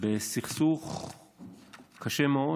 בסכסוך קשה מאוד,